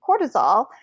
cortisol